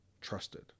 trusted